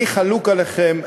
אני חלוק עליכם.